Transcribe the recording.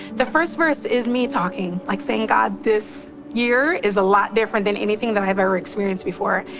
the first verse is me talking. like, saying, god, this year is a lot different than anything that i've ever experienced before.